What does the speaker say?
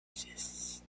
exists